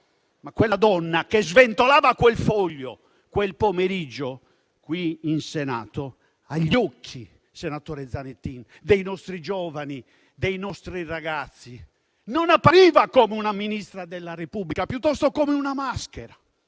ma quella donna che sventolava quel foglio quel pomeriggio qui in Senato, agli occhi dei nostri giovani e dei nostri ragazzi, senatore Zanettin, non appariva come una Ministra della Repubblica, ma piuttosto come una maschera,